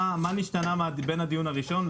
מה השתנה בין הדיון הראשון,